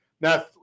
Now